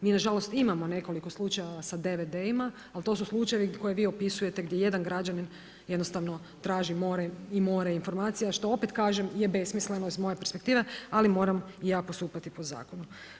Mi nažalost imamo nekoliko slučajeva sa DVD-ima, ali to su slučajevi koje vi opisujete gdje jedan građanin jednostavno traži more i more informacije, što opet kažem je besmisleno iz moje perspektive, ali moram i ja postupati po zakonu.